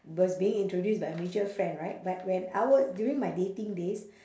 birthday introduced by a mutual friend right but when I wa~ during my dating days